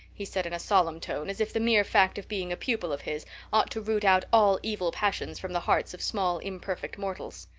he said in a solemn tone, as if the mere fact of being a pupil of his ought to root out all evil passions from the hearts of small imperfect mortals.